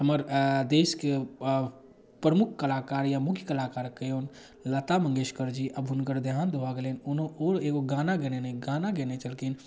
हमर भाय देश के प्रमुख कलाकार या मुख्य कलाकार कहियौन लता मङ्गेशकरजी अब हुनकर देहान्त भऽ गेलनि कोनो ओ एगो गाना गेलनि गाना गैने छलखिन